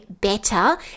better